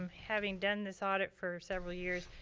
having done this audit for several years,